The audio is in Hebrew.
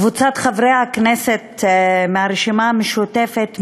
קבוצת חברי הכנסת מהרשימה המשותפת,